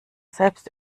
selbst